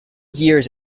years